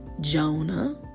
Jonah